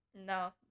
No